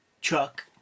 Chuck